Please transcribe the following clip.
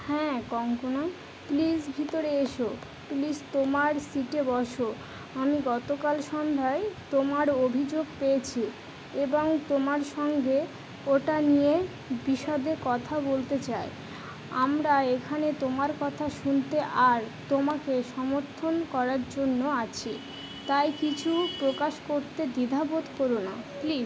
হ্যাঁ কঙ্কনা প্লিস ভিতরে এসো প্লিজ তোমার সিটে বসো আমি গতকাল সন্ধ্যায় তোমার অভিযোগ পেয়েছি এবং তোমার সঙ্গে ওটা নিয়ে বিশদে কথা বলতে চায় আমরা এখানে তোমার কথা শুনতে আর তোমাকে সমর্থণ করার জন্য আছি তাই কিছু প্রকাশ করতে দ্বিধাবোধ করো না প্লিজ